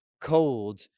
cold